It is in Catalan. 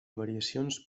variacions